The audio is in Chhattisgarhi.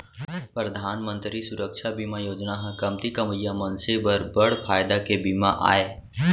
परधान मंतरी सुरक्छा बीमा योजना ह कमती कमवइया मनसे बर बड़ फायदा के बीमा आय